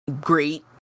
great